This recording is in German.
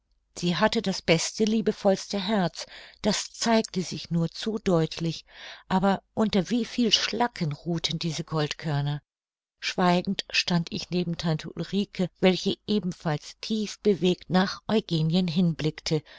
sie hatte das beste liebevollste herz das zeigte sich nur zu deutlich aber unter wie viel schlacken ruhten diese goldkörner schweigend stand ich neben tante ulrike welche ebenfalls tief bewegt nach eugenien hinblickte